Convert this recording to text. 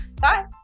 bye